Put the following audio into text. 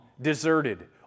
deserted